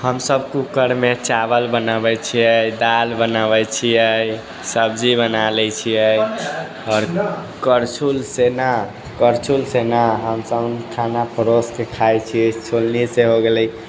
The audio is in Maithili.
हमसब कुकरमे चावल बनबै छियै दालि बनबै छियै सब्जी बना लै छियै करछुलसँ ने करछुलसँ ने हमसब खाना परोसके खाइ छियै छोलनीसँ हो गेलै